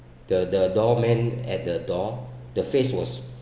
the the doorman at the door the face was